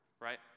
right